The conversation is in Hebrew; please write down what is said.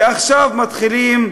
ועכשיו מתחילים